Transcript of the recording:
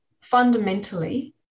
fundamentally